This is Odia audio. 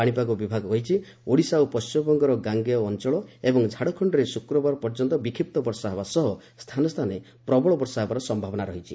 ପାଣିପାଗ ବିଭାଗ କହିଛି ଓଡ଼ିଶା ଓ ପଣ୍ଢିମବଙ୍ଗର ଗାଙ୍ଗେୟ ଅଞ୍ଚଳ ଏବଂ ଝାଡ଼ଖଣ୍ଡରେ ଶୁକ୍ରବାର ପର୍ଯ୍ୟନ୍ତ ବିକ୍ଷିପ୍ତ ବର୍ଷା ହେବା ସହ ସ୍ଥାନେ ସ୍ଥାନେ ପ୍ରବଳ ବର୍ଷା ହେବାର ସମ୍ଭାବନା ଅଛି